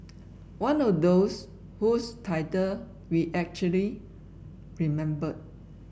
one of those whose title we actually remembered